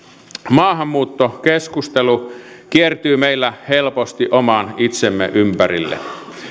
maahanmuuttokeskustelu kiertyy meillä helposti oman itsemme ympärille